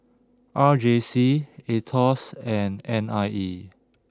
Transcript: R J C Aetos and N I E